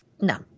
No